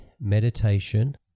meditation